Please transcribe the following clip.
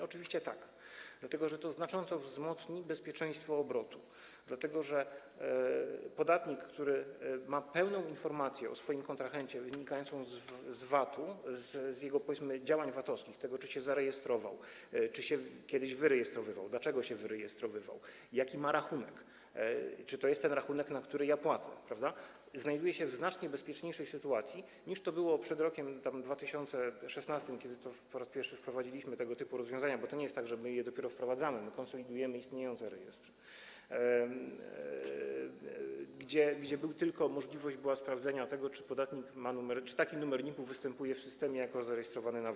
Oczywiście tak, dlatego że znacząco wzmocni to bezpieczeństwo obrotu, ponieważ podatnik, który ma pełną informację o swoim kontrahencie wynikającą z VAT-u, z jego, powiedzmy, działań VAT-owskich, z tego, czy się zarejestrował, czy kiedyś się wyrejestrowywał, dlaczego się wyrejestrowywał, jaki ma rachunek, czy to jest ten rachunek, na który ja płacę, znajduje się w znacznie bezpieczniejszej sytuacji, niż to było przed rokiem 2016, kiedy to po raz pierwszy wprowadziliśmy tego typu rozwiązania - bo to nie jest tak, że my je dopiero wprowadzamy, my konsolidujemy istniejące rejestry - gdy była tylko możliwość sprawdzenia tego, czy podatnik ma numer, czy taki numer NIP-u występuje w systemie jako zarejestrowany na VAT.